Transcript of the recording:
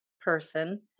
person